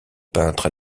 peintre